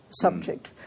subject